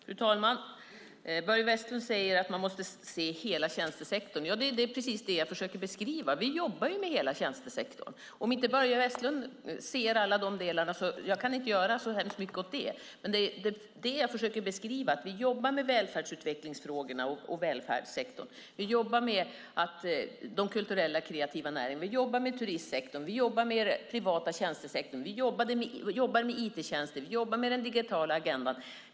Fru talman! Börje Vestlund säger att man måste se hela tjänstesektorn. Det är precis det jag försöker beskriva. Vi jobbar ju med hela tjänstesektorn. Om inte Börje Vestlund ser alla de delarna kan jag inte göra så hemskt mycket åt det. Jag försöker beskriva att vi jobbar med välfärdsutvecklingsfrågorna och välfärdssektorn. Vi jobbar med de kulturella och kreativa näringarna. Vi jobbar med turistsektorn. Vi jobbar med den privata tjänstesektorn. Vi jobbar med IT-tjänster. Vi jobbar med den digitala agendan.